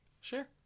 Sure